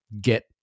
get